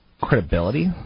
credibility